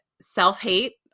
Self-hate